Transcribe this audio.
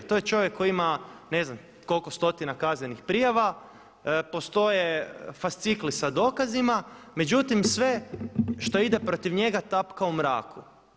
To je čovjek koji ima ne znam koliko stotina kaznenih prijava, postoje fascikli sa dokazima međutim sve što ide protiv njega tapka u mraku.